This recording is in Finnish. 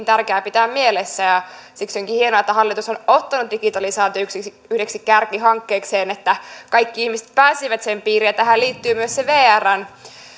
tärkeää pitää mielessä siksi onkin hienoa että hallitus on ottanut digitalisaation yhdeksi kärkihankkeekseen että kaikki ihmiset pääsisivät sen piiriin tähän liittyy myös se vrn